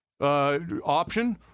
option